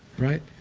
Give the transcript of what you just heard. right?